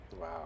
Wow